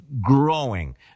growing